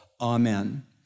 Amen